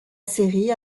série